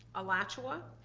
alachua,